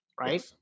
right